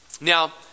Now